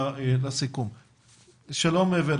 אבל אנחנו כאילו מתנהלים בסיטואציה שאין מי שלוקח